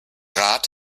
rat